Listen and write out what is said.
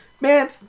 Man